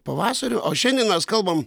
pavasariu o šiandien mes kalbam